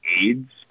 AIDS